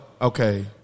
okay